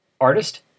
Artist